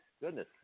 Goodness